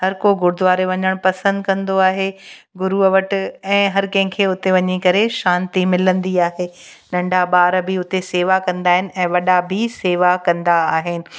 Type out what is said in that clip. हर को गुरुद्वारो वञणु पसंदि कंदो आहे गुरूअ वटि ऐं हर कंहिं खे उते वञी करे शांति मिलंदी आहे नंढा ॿार बि उते सेवा कंदा आहिनि ऐं वॾा बि सेवा कंदा आहिनि